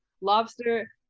Lobster